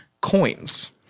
coins